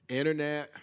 internet